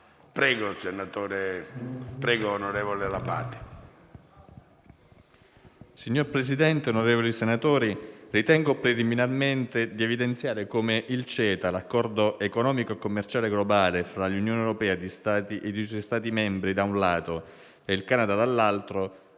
Signor Presidente, onorevoli senatori, ritengo preliminarmente di evidenziare come il CETA, l'accordo economico e commerciale globale fra l'Unione europea e i suoi Stati membri da un lato e il Canada dall'altro,